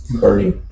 Bernie